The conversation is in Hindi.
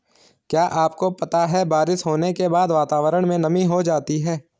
क्या आपको पता है बारिश होने के बाद वातावरण में नमी हो जाती है?